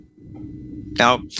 Now